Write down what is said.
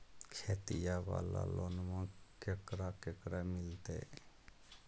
खेतिया वाला लोनमा केकरा केकरा मिलते?